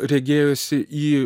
regėjosi į